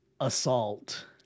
assault